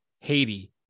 Haiti